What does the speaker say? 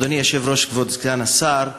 אדוני היושב-ראש, כבוד סגן השר,